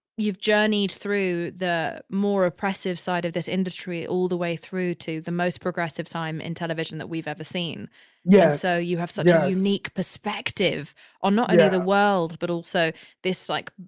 you've journeyed through the more oppressive side of this industry all the way through to the most progressive time in television that we've ever seen yes so you have so yeah a unique perspective on ah and the world, but also this like,